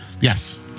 Yes